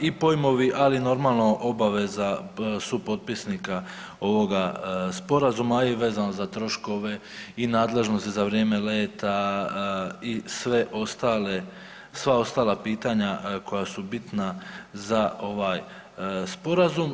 i pojmovi, ali normalno, obaveza supotpisnika ovoga Sporazuma i vezano za troškove i nadležnosti za vrijeme leta i sve ostale, sva ostala pitanja koja su bitna za ovaj sporazum.